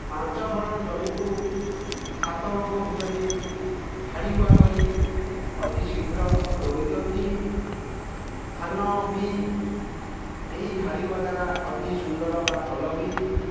ପାଞ୍ଚ ଭରଣ ଜମିକୁ ସାତ ଲୋକ ଭିତରେ ଧାଡ଼ି ରୁଆ କରି ଅତି ଶୀଘ୍ର ରୋଇ ଦିଅନ୍ତି ଧାନ ବି ଏହି ଧାଡ଼ି ରୁଆ ଦ୍ୱାରା ଅତି ସୁନ୍ଦର ବା ଭଲ ହୁଏ